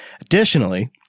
Additionally